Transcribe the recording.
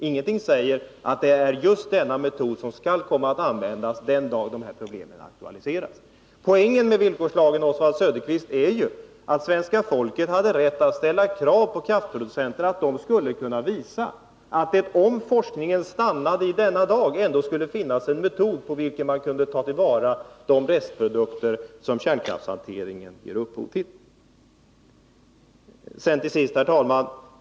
Ingenting säger att det är just denna metod som skall komma att användas den dag då de här problemen aktualiseras. Poängen med villkorslagen är ju att svenska folket hade rätt att ställa krav på kraftproducenterna att de skulle kunna visa att, om forskningen skulle stanna i denna dag, skulle det ändå finnas en metod genom vilken man kunde ta till vara de restprodukter som kärnkraftshanteringen ger upphov till. Till sist, herr talman!